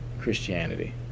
Christianity